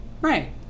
Right